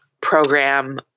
program